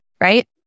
right